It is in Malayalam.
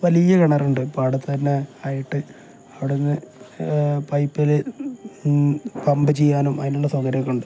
വലിയ കിണർ ഉണ്ട് അപ്പം അവിടെത്തന്നെ ആയിട്ട് അവിടെ നിന്ന് പൈപ്പിൽ പമ്പ് ചെയ്യാനും അതിനുള്ള സൗകര്യമൊക്കെ ഉണ്ട്